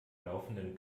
laufenden